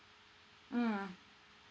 mm